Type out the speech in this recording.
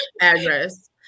address